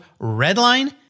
Redline